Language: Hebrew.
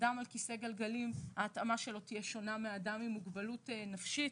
אדם עם כיסא גלגלים ההתאמה שלו תהיה שונה מאדם עם מוגבלות נפשית.